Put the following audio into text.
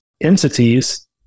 entities